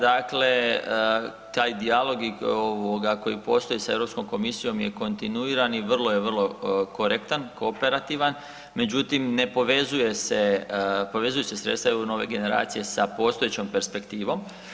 Dakle taj dijalog ovoga koji postoji sa Europskom komisijom je kontinuiran i vrlo je vrlo korektan, kooperativan, međutim ne povezuje se, povezuju se sredstva EU Nove generacije sa postojećom perspektivom.